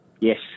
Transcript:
Yes